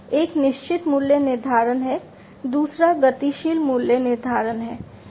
एक निश्चित मूल्य निर्धारण है दूसरा गतिशील मूल्य निर्धारण है